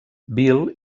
bill